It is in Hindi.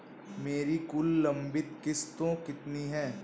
मेरी कुल लंबित किश्तों कितनी हैं?